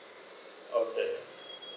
okay